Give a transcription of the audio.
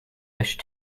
wish